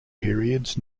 periods